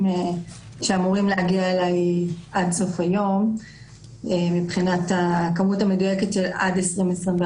שאמורים להגיע אלי עד סוף היום מבחינת הכמות המדויקת עד 2021,